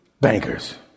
bankers